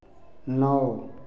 नौ